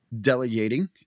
delegating